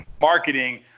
marketing